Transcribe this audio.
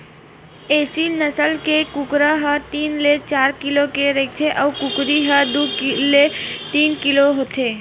एसील नसल के कुकरा ह तीन ले चार किलो के रहिथे अउ कुकरी ह दू ले तीन किलो होथे